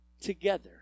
together